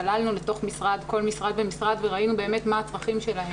צללנו לתוך כל משרד ומשרד וראינו באמת מה הצרכים שלהם.